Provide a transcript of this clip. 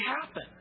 happen